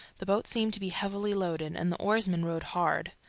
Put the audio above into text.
the boat seemed to be heavily loaded, and the oarsmen rowed hard.